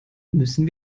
müssen